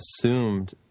assumed